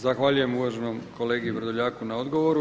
Zahvaljujem uvaženom kolegi Vrdoljaku na odgovoru.